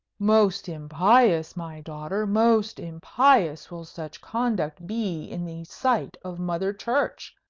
most impious, my daughter, most impious will such conduct be in the sight of mother church,